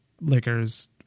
liquors